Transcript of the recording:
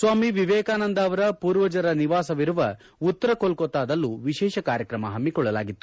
ಸ್ವಾಮಿ ವಿವೇಕಾನಂದ ಅವರ ಪೂರ್ವಜರ ನಿವಾಸವಿರುವ ಉತ್ತರ ಕೊಲ್ಳತಾದಲ್ಲೂ ವಿಶೇಷ ಕಾರ್ಯಕ್ರಮ ಪಮ್ಮಿಕೊಳ್ಳಲಾಗಿತ್ತು